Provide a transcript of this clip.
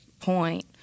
point